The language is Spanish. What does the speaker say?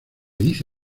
dice